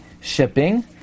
shipping